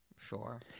sure